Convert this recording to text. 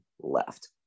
left